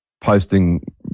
posting